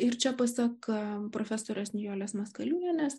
ir čia pasak profesorės nijolės maskaliūnienės